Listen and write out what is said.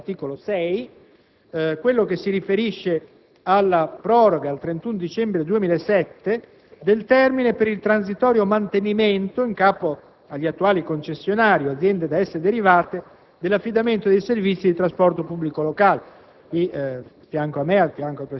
Molto discusso è stato il comma 4-*bis* dell'articolo 6, che si riferisce alla proroga al 31 dicembre 2007 del termine per il transitorio mantenimento in capo alle attuali concessionarie o aziende da esse derivate